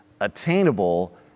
attainable